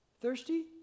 Thirsty